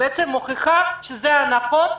בעצם מוכיחה שזה נכון.